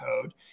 code